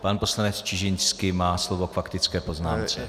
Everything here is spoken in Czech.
Pan poslanec Čižinský má slovo k faktické poznámce.